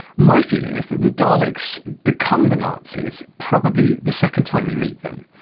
my feeling is that the daleks become the nazis probably the second time you meet them.